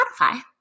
spotify